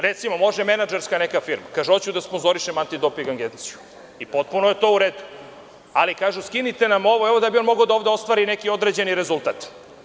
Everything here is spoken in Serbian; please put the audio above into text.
Recimo, može neka menadžerska firma da kaže hoću da sponzorišem Antidoping agenciju i potpuno je to u redu, ali kaže – skinite nam ovo da bi mogao da ostvari neki određeni rezultat.